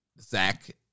zach